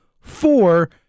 four